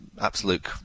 absolute